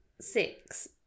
six